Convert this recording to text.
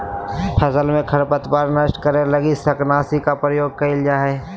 फसल में खरपतवार नष्ट करे लगी शाकनाशी के प्रयोग करल जा हइ